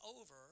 over